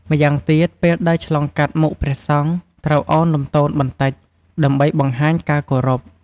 ម្យ៉ាងទៀត ពេលដើរឆ្លងកាត់មុខព្រះសង្ឃ ក៏ត្រូវឱនលំទោនបន្តិច ដើម្បីបង្ហាញការគោរព។